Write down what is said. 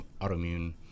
autoimmune